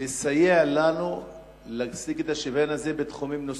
לסייע לנו להשיג את השוויון הזה בתחומים נוספים,